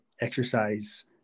exercise